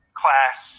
class